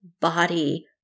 body